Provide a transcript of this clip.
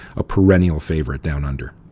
a perennial favorite down under.